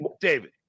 David